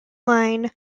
line